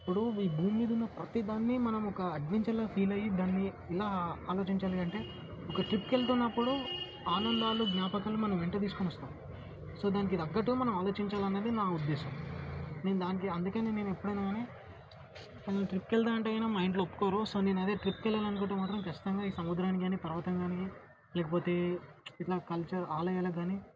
ఇప్పుడు ఈ భూమ్మీదున్న ప్రతీదాన్ని మనం ఒక అడ్వెంచర్లా ఫీల్ అయ్యి దాన్నీ ఇలా ఆలోచించాలి అంటే ఒక ట్రిప్కెళ్తున్నప్పుడు ఆనందాలు జ్ఞాపకాలు మన వెంట తీసుకొనొస్తాం సో దానికి తగ్గట్టు మనం ఆలోచించాలన్నది నా ఉద్దేశం నేను దానికి అందుకనే నేను ఎప్పుడైనా గానీ ట్రిప్కెళ్దామంటేగెనా మా ఇంట్లో ఒప్పుకోరు సో నేను అదే ట్రిప్కెళ్ళాలనుకుంటే మాత్రం ఖచ్చితంగా ఈ సముద్రాన్ని గానీ పర్వతం గానీ లేకపోతే ఇట్లా కల్చర్ ఆలయాలకు గానీ